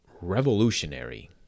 revolutionary